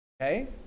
okay